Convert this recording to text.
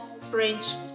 French